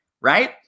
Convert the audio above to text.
right